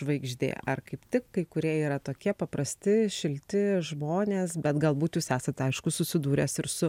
žvaigždė ar kaip tik kai kurie yra tokie paprasti šilti žmonės bet galbūt jūs esat aišku susidūręs ir su